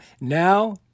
Now